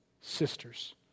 sisters